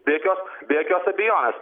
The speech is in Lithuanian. be jokios be jokios abejonės